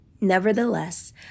Nevertheless